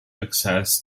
access